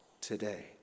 today